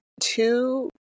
two